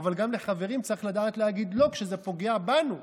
אבל גם לחברים צריך לדעת להגיד "לא" כשזה פוגע בנו.